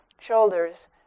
shoulders